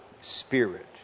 Spirit